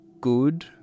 good